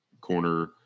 corner